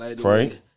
Frank